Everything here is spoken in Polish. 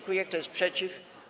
Kto jest przeciw?